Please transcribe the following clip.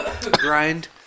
Grind